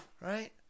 Right